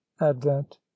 advent